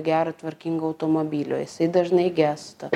gero tvarkingo automobilio jisai dažnai gęsta